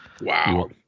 Wow